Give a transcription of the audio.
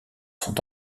sont